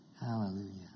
Hallelujah